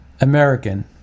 American